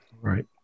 Right